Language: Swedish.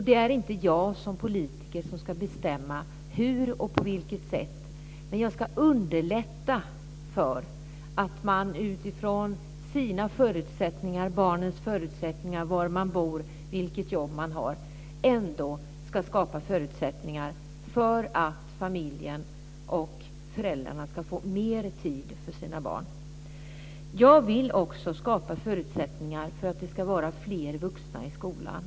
Det är inte jag som politiker som ska bestämma hur och på vilket sätt, men jag ska underlätta för föräldrarna att utifrån sina förutsättningar och barnens förutsättningar, var man bor och vilket jobb man har, ska få mer tid för sina barn. Jag vill också skapa förutsättningar för att det ska vara fler vuxna i skolan.